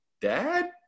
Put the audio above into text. Dad